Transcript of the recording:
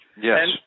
Yes